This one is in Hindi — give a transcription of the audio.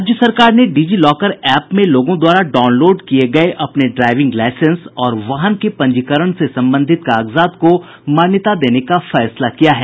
राज्य सरकार ने डिजी लॉकर एप में लोगों द्वारा डाउनलोड किए गए अपने ड्राईविंग लाईसेंस और वाहन के पंजीकरण से संबंधित कागजात को मान्यता देने का फैसला किया है